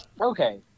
Okay